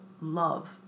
Love